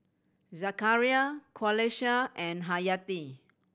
Zakaria Qalisha and Hayati